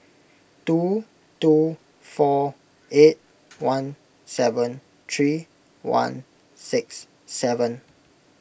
two two four eight one seven three one six seven